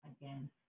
again